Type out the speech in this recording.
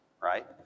right